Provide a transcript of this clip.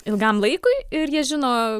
ilgam laikui ir jie žino